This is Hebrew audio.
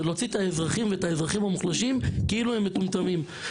זה להוציא את האזרחים ואת האזרחים המוחלשים כאילו הם מטומטמים.